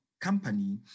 company